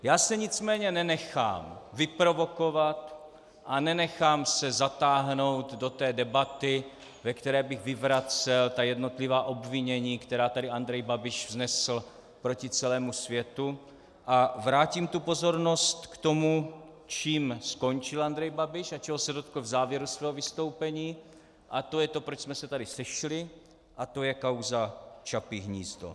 Já se nicméně nenechám vyprovokovat a nenechám se zatáhnout do debaty, v které bych vyvracel jednotlivá obvinění, která tady Andrej Babiš vznesl proti celému světu, a vrátím tu pozornost k tomu, čím skončil Andrej Babiš a čeho se dotkl v závěru svého vystoupení, a to je to, proč jsme se tady sešli, a to je kauza Čapí hnízdo.